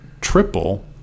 triple